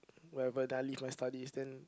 wherever then I leave my studies then